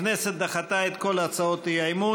הכנסת דחתה את כל הצעות האי-אמון.